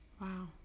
Wow